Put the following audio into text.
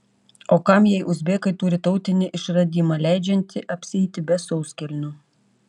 o kam jei uzbekai turi tautinį išradimą leidžiantį apsieiti be sauskelnių